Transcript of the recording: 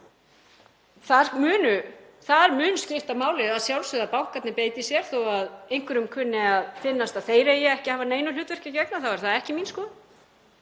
Þar mun skipta máli, að sjálfsögðu, að bankarnir beiti sér. Þó að einhverjum kunni að finnast að þeir eigi ekki að hafa neina hlutverki að gegna er það ekki mín skoðun.